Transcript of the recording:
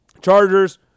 Chargers